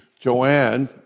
Joanne